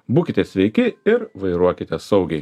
būkite sveiki ir vairuokite saugiai